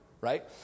right